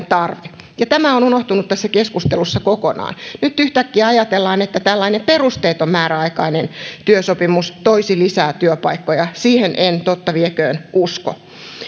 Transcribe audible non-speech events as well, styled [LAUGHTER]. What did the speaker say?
[UNINTELLIGIBLE] tarve ja tämä on unohtunut tässä keskustelussa kokonaan nyt yhtäkkiä ajatellaan että tällainen perusteeton määräaikainen työsopimus toisi lisää työpaikkoja siihen en totta vieköön usko